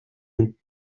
минь